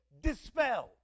dispelled